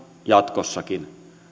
jatkossakin